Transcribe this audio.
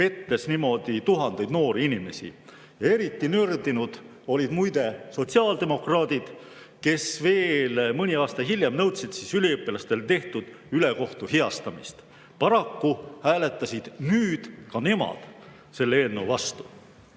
pettes niimoodi tuhandeid noori inimesi. Eriti nördinud olid muide sotsiaaldemokraadid, kes mõni aasta hiljem nõudsid üliõpilastele tehtud ülekohtu heastamist. Paraku hääletasid nüüd ka nemad selle eelnõu